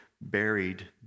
buried